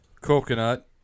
coconut